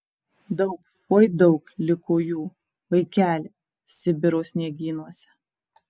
daug oi daug liko jų vaikeli sibiro sniegynuose